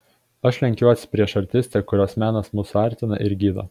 aš lenkiuos prieš artistę kurios menas mus suartina ir gydo